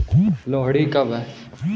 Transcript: लोहड़ी कब है?